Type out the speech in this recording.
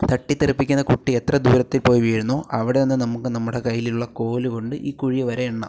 തട്ടി തെറിപ്പിക്കുന്ന കുട്ടി എത്ര ദൂരത്തിൽ പോയി വീഴുന്നോ അവിടെ നിന്ന് നമുക്ക് നമ്മുടെ കൈയിലുള്ള കോൽ കൊണ്ട് ഈ കുഴി വരെ എണ്ണാം